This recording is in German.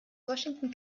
washington